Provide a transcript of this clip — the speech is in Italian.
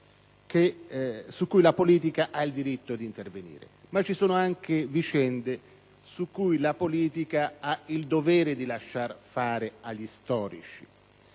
su cui la politica ha diritto di intervenire, ma ci sono anche vicende su cui la politica ha il dovere di lasciar fare agli storici.